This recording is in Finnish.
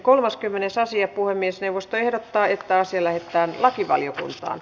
puhemiesneuvosto ehdottaa että asia lähetetään lakivaliokuntaan